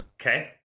Okay